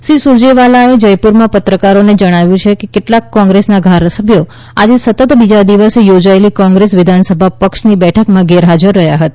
શ્રી સુરજેવાલાએ જયપુરમાં પત્રકારોને જણાવ્યુ કે કેટલાક કોંગ્રેસના ધારાસભ્યો આજે સતત બીજા દિવસે યોજાયેલી કોંગ્રેસ વિધાનસભા પક્ષની બેઠકમાં ગેરહાજર રહ્યા હતા